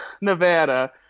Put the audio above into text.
Nevada